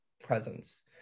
presence